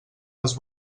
les